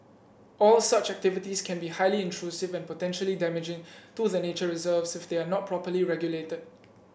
all such activities can be highly intrusive and potentially damaging to the nature reserves if they are not properly regulated